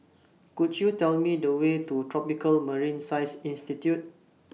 Could YOU Tell Me The Way to Tropical Marine Science Institute